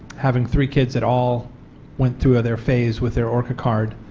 having three kids that all went through their face with their orca card,